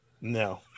No